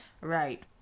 right